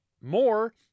more